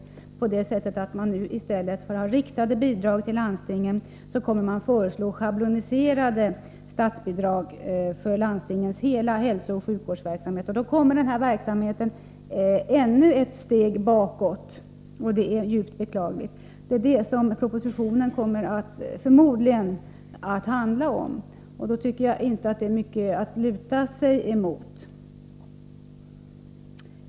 Förmodligen kommer regeringen att föreslå att det i stället för riktade bidrag till landstingen skall bli schabloniserade statsbidrag för landstingens hela hälsooch sjukvårdsverksamhet. Då kommer den abortförebyggande verksamheten ännu ett steg längre tillbaka, och det är djupt beklagligt. Då tycker jag inte att propositionen är mycket att luta sig emot.